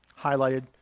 Highlighted